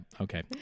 okay